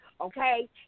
okay